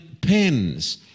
pens